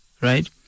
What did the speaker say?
right